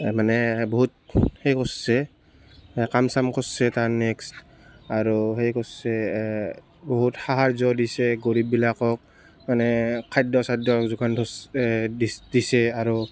মানে বহুত হেই কৰিছে কাম চাম কৰিছে তাৰ নেক্সট আৰু সেই কৰিছে বহুত সাহাৰ্য্য দিছে গৰীববিলাকক মানে খাদ্য চাদ্য যোগান ধৰিছে দিছে আৰু